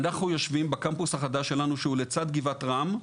אנחנו יושבים בקמפוס החדש שלנו שהוא לצד גבעת רם,